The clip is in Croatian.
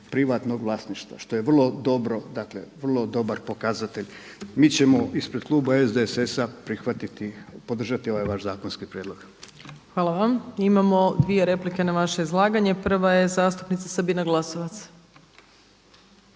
privatnog vlasništva, što je vrlo dobro, dakle vrlo dobar pokazatelj. Mi ćemo ispred kluba SDSS-a podržati ovaj vaš zakonski prijedlog. **Opačić, Milanka (SDP)** Hvala vam. Imamo dvije replike na vaše izlaganje. Prva je zastupnica Sabina Glasovac.